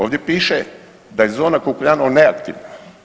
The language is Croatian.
Ovdje piše da je zona Kukuljanovo neaktivna.